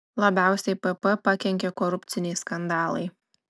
labiausiai pp pakenkė korupciniai skandalai